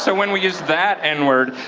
so when we use that n-word,